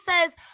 says